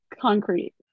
concrete